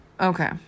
okay